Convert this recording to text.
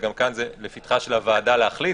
וגם כאן זה לפתחה של הוועדה להחליט.